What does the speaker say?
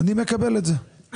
אני מקבל את זה.